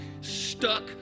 stuck